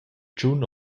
tschun